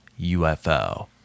UFO